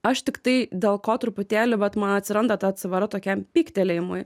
aš tiktai dėl ko truputėlį vat man atsiranda ta atsvara tokiam pyktelėjimui